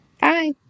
Bye